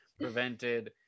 prevented